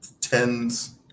tens